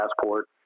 passport